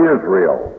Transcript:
Israel